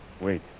Wait